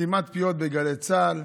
סתימת פיות בגלי צה"ל.